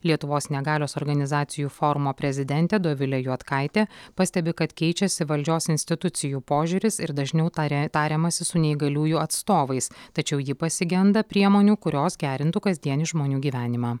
lietuvos negalios organizacijų forumo prezidentė dovilė juodkaitė pastebi kad keičiasi valdžios institucijų požiūris ir dažniau taria tariamasi su neįgaliųjų atstovais tačiau ji pasigenda priemonių kurios gerintų kasdienį žmonių gyvenimą